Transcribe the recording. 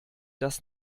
das